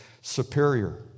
superior